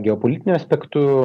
geopolitiniu aspektu